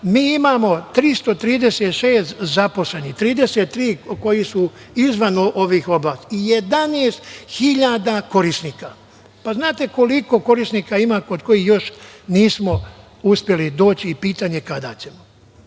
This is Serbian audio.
Mi imamo 336 zaposlenih, 33 koji su izvan ovih oblasti i 11 hiljada korisnika. Znate koliko korisnika ima kod kojih još nismo uspeli doći i pitanje je kada ćemo. Ovo